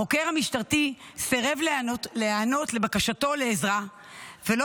החוקר המשטרתי סירב להיענות לבקשתו לעזרה ולא